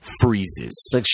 Freezes